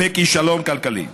וכישלון כלכלי.